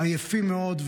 עייפים מאוד,